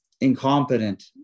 incompetent